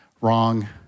Wrong